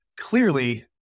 clearly